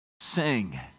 Sing